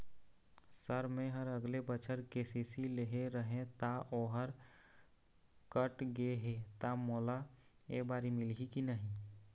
Sir मेहर अगले बछर के.सी.सी लेहे रहें ता ओहर कट गे हे ता मोला एबारी मिलही की नहीं?